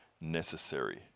necessary